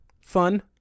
fun